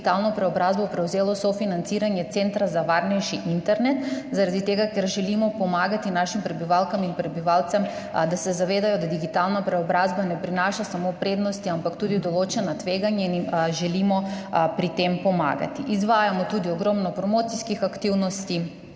preobrazbo prevzelo sofinanciranje Centra za varnejši internet, zaradi tega ker želimo pomagati našim prebivalkam in prebivalcem, da se zavedajo, da digitalna preobrazba ne prinaša samo prednosti, ampak tudi določena tveganja, in jim želimo pri tem pomagati. Izvajamo tudi ogromno promocijskih aktivnosti,